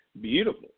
beautiful